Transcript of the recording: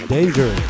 Danger